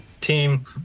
team